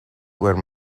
were